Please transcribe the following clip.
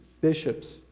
bishops